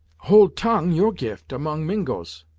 hold tongue your gift, among mingos.